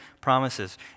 promises